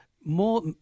more